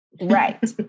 Right